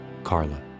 Carla